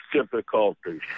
difficulties